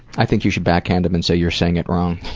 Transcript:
i think you should backhand him and say you're saying it wrong.